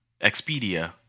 Expedia